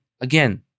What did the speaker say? Again